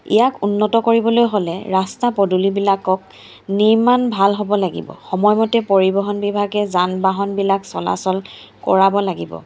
ইয়াক উন্নত কৰিবলৈ হ'লে ৰাস্তা পদূলিবিলাকক নিৰ্মাণ ভাল হ'ব লাগিব সময়মতে পৰিবহণ বিভাগে যান বাহনবিলাক চলাচল কৰাব লাগিব